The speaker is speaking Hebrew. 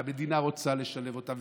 והמדינה רוצה לשלב אותם,